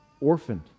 orphaned